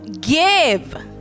give